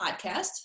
podcast